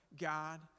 God